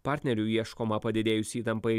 partnerių ieškoma padidėjus įtampai